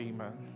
Amen